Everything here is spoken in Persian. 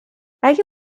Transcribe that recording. اگه